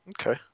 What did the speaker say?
Okay